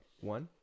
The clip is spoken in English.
One